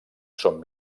són